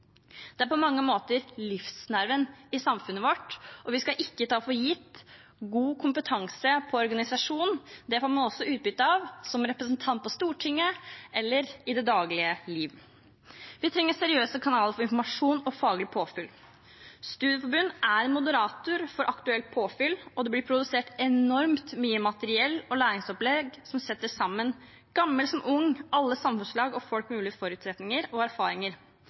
er på mange måter livsnerven i samfunnet vårt, og vi skal ikke ta for gitt god kompetanse på organisasjon. Det får man også utbytte av som representant på Stortinget eller i det daglige liv. Vi trenger seriøse kanaler for informasjon og faglig påfyll. Studieforbund er en moderator for aktuelt påfyll, og det blir produsert enormt mye materiell og læringsopplegg som setter sammen gammel som ung, alle samfunnslag og folk med ulike forutsetninger og erfaringer.